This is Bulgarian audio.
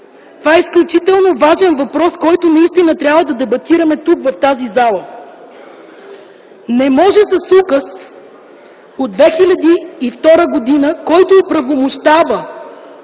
Това е изключително важен въпрос, който трябва да дебатираме тук, в тази зала. Не може с указ от 2002 г., който оправомощава